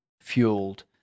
fueled